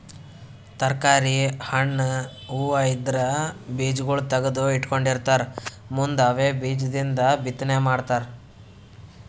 ತರ್ಕಾರಿ, ಹಣ್ಣ್, ಹೂವಾ ಇದ್ರ್ ಬೀಜಾಗೋಳ್ ತಗದು ಇಟ್ಕೊಂಡಿರತಾರ್ ಮುಂದ್ ಅವೇ ಬೀಜದಿಂದ್ ಬಿತ್ತನೆ ಮಾಡ್ತರ್